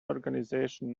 organization